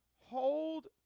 hold